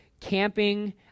camping